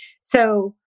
So-